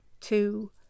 two